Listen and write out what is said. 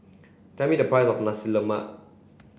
tell me the price of Nasi Lemak